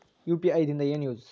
UPI ದಿಂದ ಏನು use?